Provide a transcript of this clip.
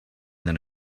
than